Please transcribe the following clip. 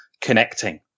connecting